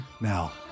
Now